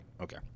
okay